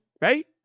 right